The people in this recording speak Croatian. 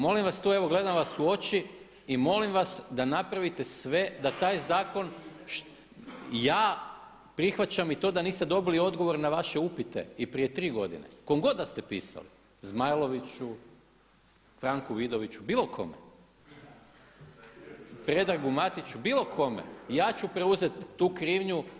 Molim vas to, evo gledam vas u oči i molim vas da napravite sve da taj zakon, ja prihvaćam i to da niste dobili odgovor na vaše upite i prije tri godine kome god da ste pisali, Zmajloviću, Franku Vidoviću bilo kome, Predragu Matiću, bilo kome, ja ću preuzeti tu krivnju.